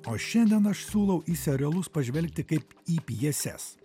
o šiandien aš siūlau į serialus pažvelgti kaip į pjeses